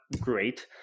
great